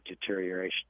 deterioration